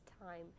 time